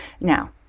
Now